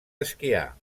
esquiar